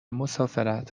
مسافرت